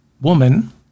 woman